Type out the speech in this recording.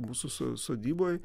mūsų so sodyboj